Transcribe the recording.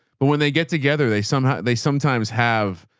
but when they get together, they somehow they sometimes have,